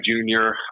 junior